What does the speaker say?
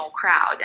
crowd